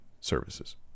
services